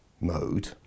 mode